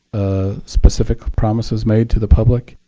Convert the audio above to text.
ah specific promises made to the public,